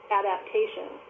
adaptation